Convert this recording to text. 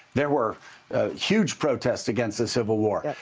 there were huge protests against the civil war.